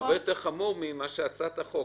זה הרבה יותר חמור מהצעת החוק.